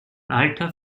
alter